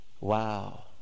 wow